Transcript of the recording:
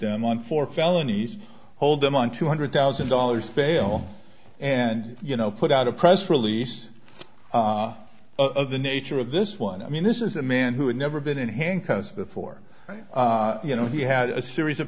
them on for felonies hold them on two hundred thousand dollars bail and you know put out a press release of the nature of this one i mean this is a man who had never been in handcuffs before you know he had a series of